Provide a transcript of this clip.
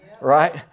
Right